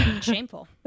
Shameful